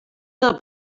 del